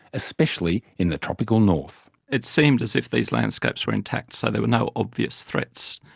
especially in the tropical north. it seemed as if these landscapes were intact, so there were no obvious threats.